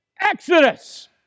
Exodus